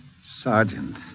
Sergeant